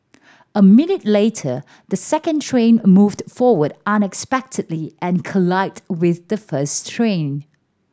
a minute later the second train moved forward unexpectedly and collided with the first train